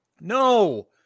No